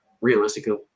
Realistically